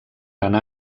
anar